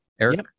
Eric